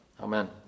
Amen